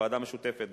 הוועדה המשותפת,